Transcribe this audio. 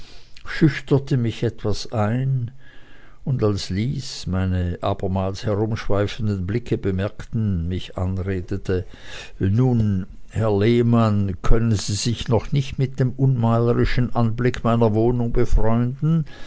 schüchterte mich etwas ein und als lys meine abermals herumschweifenden blicke bemerkend mich anredete nun herr lehmann können sie sich noch nicht mit dem unmalerischen anblick meiner wohnung befreunden